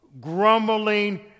grumbling